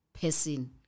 person